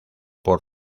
por